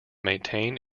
maintain